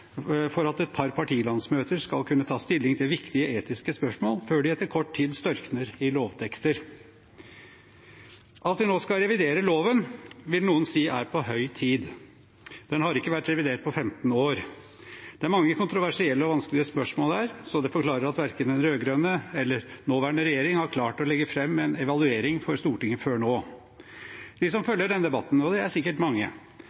for at et par partilandsmøter skal kunne ta stilling til viktige etiske spørsmål – før de etter kort tid størkner i lovtekster. At vi nå skal revidere loven, vil noen si er på høy tid. Den har ikke vært revidert på 15 år. Det er mange kontroversielle og vanskelige spørsmål her, så det forklarer at verken den rød-grønne eller den nåværende regjeringen har klart å legge frem en evaluering for Stortinget før nå. De som følger denne debatten, og det er sikkert mange,